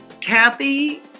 Kathy